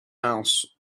house